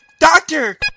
Doctor